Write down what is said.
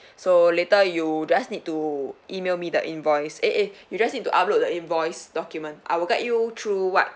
so later you just need to email me the invoice eh eh you just need to upload the invoice document I will guide you through what